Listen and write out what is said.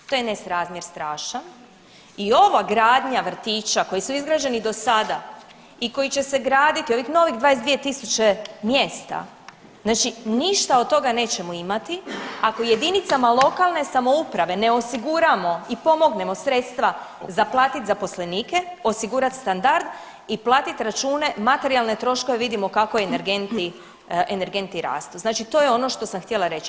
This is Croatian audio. To je nesrazmjer strašan i ova gradnja vrtića koji su izgrađeni do sada i koji će se gradit ovih novih 22.000 mjesta znači ništa od toga nećemo imati ako jedinicama lokalne samouprave ne osiguramo i pomognemo sredstva za platit zaposlenike, osigurat standard i platit račune, materijalne troškove vidimo kako energenti rastu, znači to je ono što sam htjela reći.